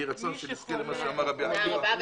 יהי רצון שנזכה למה שאמר רבי עקיבא.